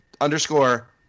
Underscore